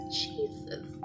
Jesus